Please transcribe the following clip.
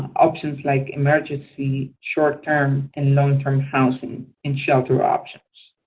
options like emergency, short-term, and long-term housing and shelter options.